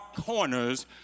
corners